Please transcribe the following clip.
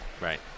Right